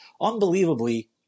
unbelievably